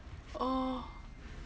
oh